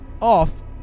off